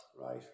right